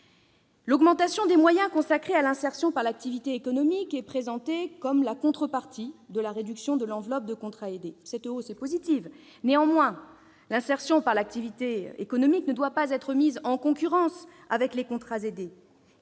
L'augmentation des moyens consacrés à l'insertion par l'activité économique, présentée comme la contrepartie de la réduction de l'enveloppe des contrats aidés, est positive. Néanmoins, l'insertion par l'activité économique ne doit pas être mise en concurrence avec les contrats aidés